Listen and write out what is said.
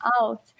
out